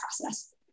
process